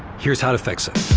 here's how to fix it.